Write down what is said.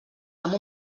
amb